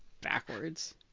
backwards